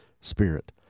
Spirit